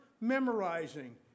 memorizing